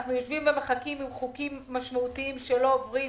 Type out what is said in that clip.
אנחנו יושבים ומחכים עם חוקים משמעותיים שלא עוברים,